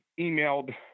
emailed